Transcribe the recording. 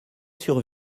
sur